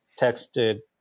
texted